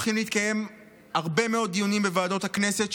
הולכים להתקיים הרבה מאוד דיונים בוועדות הכנסת,